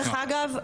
אגב,